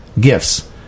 gifts